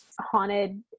haunted